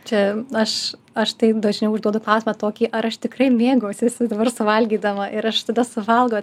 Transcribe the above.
čia aš aš taip dažniau užduodu klausimą tokį ar aš tikrai mėgausiuosi dabar suvalgydama ir aš tada suvalgau